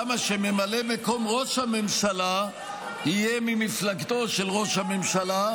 למה שממלא מקום ראש הממשלה יהיה ממפלגתו של ראש הממשלה,